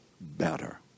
better